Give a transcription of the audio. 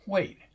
Wait